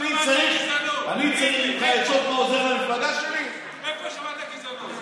השר אמסלם, איפה שמעת גזענות,